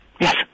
Yes